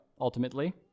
ultimately